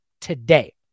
today